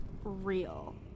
real